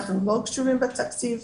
אנחנו לא קשורים בתקציב.